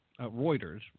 Reuters –